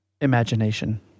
imagination